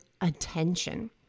attention